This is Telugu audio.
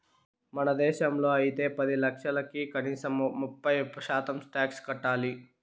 మన దేశంలో అయితే పది లక్షలకి కనీసం ముప్పై శాతం టాక్స్ కట్టాలి